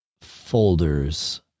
folders